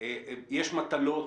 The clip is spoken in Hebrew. יש מטלות,